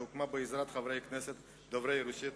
שהוקמה בעזרת חברי כנסת דוברי רוסית,